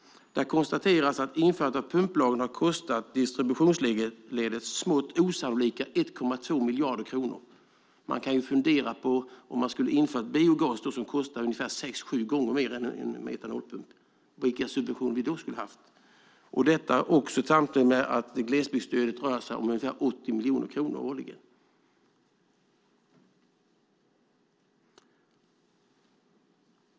Där konstateras att införandet av pumplagen har kostat distributionsledet smått osannolika 1,2 miljarder kronor. Man kan ju fundera på vilken subvention vi skulle ha haft om man hade infört biogas, som kostar ungefär sex sju gånger mer än en etanolpump - detta också med tanke på att glesbygdsstödet rör sig om ungefär 80 miljoner kronor årligen.